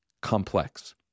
complex